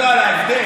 לא, על ההבדל.